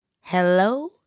Hello